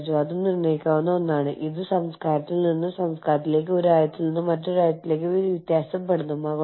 ആഗോള ബിസിനസ്സിനായി MNE എങ്ങനെ സംഘടിപ്പിക്കുന്നു എന്നതിനെ സ്വാധീനിക്കുന്ന ഘടകങ്ങൾ